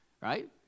right